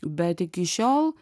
bet iki šiol